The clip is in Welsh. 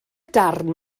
darn